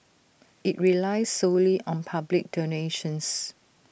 IT relies solely on public donations